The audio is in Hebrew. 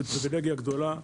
שזאת פריבילגיה גדולה,